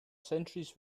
centuries